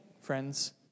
friends